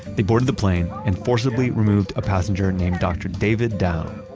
they boarded the plane and forcibly removed a passenger named dr. david dao.